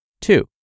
Two